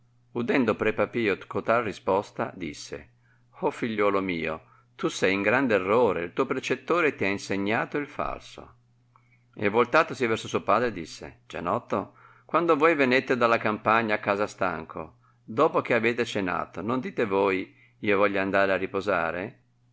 udendo pre papiro cotal risposta disse figliuol mio tu sei in grand'errore e il tuo precettore ti ha ensegnato il falso e voltatosi verso suo padre disse gianotto quando voi venete dalla campagna a casa stanco dopo che avete cenato non dite voi io voglio andar a riposare